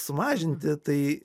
sumažinti tai